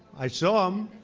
i saw him.